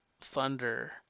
thunder